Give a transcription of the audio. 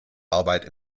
arbeit